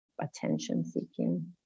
attention-seeking